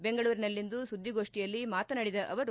ಬೆಂಗಳೂರಿನಲ್ಲಿಂದು ಸುದ್ದಿಗೋಷ್ಠಿಯಲ್ಲಿ ಮಾತನಾಡಿದ ಅವರು